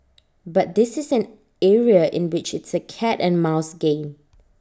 but this is an area in which it's A cat and mouse game